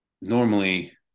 normally